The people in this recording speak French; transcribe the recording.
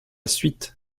suite